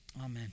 Amen